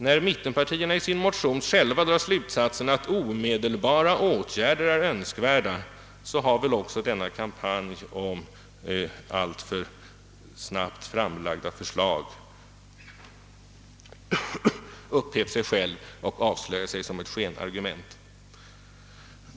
När även mittenpartierna i sin motion drar slutsatserna att omedelbara åtgärder är önskvärda, har väl också den na kampanj om alltför snabbt framlagda förslag upphävt sig själv och avslöjat sig som skenargument.